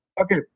Okay